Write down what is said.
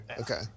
Okay